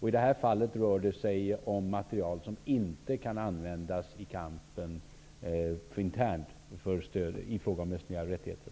I det här fallet rör det sig om materiel som inte kan användas mot kampen internt för stöd av mänskliga rättigheter.